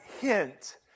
hint